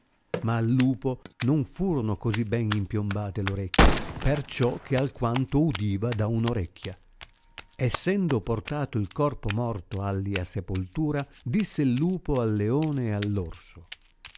ma al lupo non furono così ben impiombate l'orecchie perciò che alquanto udiva da una orecchia essendo portato il corpo morto alia sepoltura disse il lupo al leone